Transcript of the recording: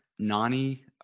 Nani